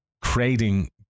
creating